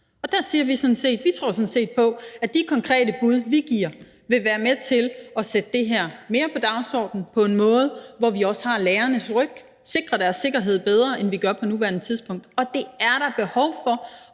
Der siger vi, at vi sådan set tror på, at de konkrete bud, vi giver, vil være med til at sætte det her mere på dagsordenen på en måde, hvor vi også har lærernes ryg og sikrer deres sikkerhed bedre, end vi gør på nuværende tidspunkt. Og det er der behov for.